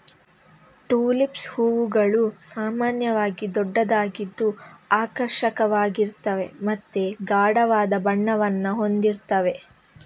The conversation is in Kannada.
ಟುಲಿಪ್ಸ್ ಹೂವುಗಳು ಸಾಮಾನ್ಯವಾಗಿ ದೊಡ್ಡದಾಗಿದ್ದು ಆಕರ್ಷಕವಾಗಿರ್ತವೆ ಮತ್ತೆ ಗಾಢವಾದ ಬಣ್ಣವನ್ನ ಹೊಂದಿರ್ತವೆ